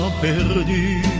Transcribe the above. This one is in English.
perdu